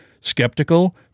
skeptical